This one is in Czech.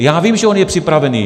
Já vím, že on je připravený.